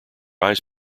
eyes